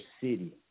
city